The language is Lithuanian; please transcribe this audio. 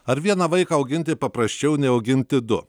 ar vieną vaiką auginti paprasčiau nei auginti du